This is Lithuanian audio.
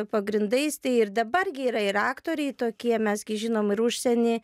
pagrindais tai ir dabar gi yra ir aktoriai tokie mes gi žinom ir užsieny